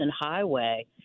Highway